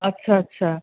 আচ্ছা আচ্ছা